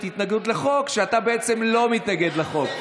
התנגדות לחוק כשאתה בעצם לא מתנגד לחוק.